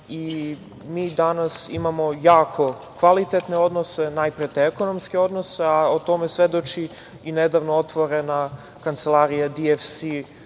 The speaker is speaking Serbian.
i mi danas imamo jako kvalitetne odnose, najpre te ekonomske odnose, a o tome svedoči i nedavno otvorena Kancelarija DVC